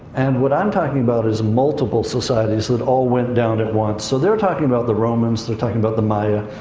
and what i'm talking about is multiple societies that all went down at once. so they're talking about the romans, they're talking about the maya,